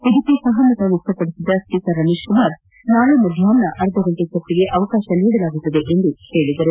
ಇದಕ್ಕೆ ಸಹಮತ ವ್ಯಕ್ತಪಡಿಸಿದ ಸ್ಪೀಕರ್ ರಮೇಶ್ಕುಮಾರ್ ನಾಳೆ ಮಧ್ಯಾಹ್ನ ಅರ್ಧಗಂಟೆ ಚರ್ಚೆಗೆ ಅವಕಾಶ ನೀಡಲಾಗುತ್ತದೆ ಎಂದು ಹೇಳಿದರು